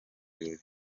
birori